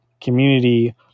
community